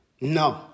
no